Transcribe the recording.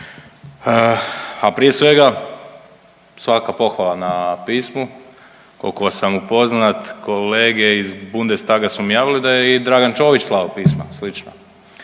A prije svega svaka pohvala na pismu. Koliko sam upoznat kolege iz Bundestaga su mi javili da je i Dragan Čović slao pisma slična.